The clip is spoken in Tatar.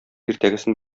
иртәгесен